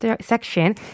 section